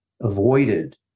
avoided